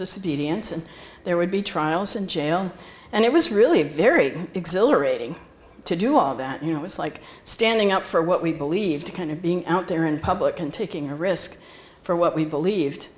disobedience and there would be trials in jail and it was really very exhilarating to do all that you know was like standing up for what we believed kind of being out there in public and taking a risk for what we believed